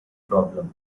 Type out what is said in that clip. problems